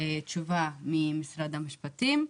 תשובה ממשרד המשפטים.